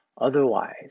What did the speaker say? Otherwise